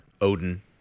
Odin